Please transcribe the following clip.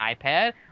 iPad